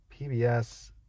PBS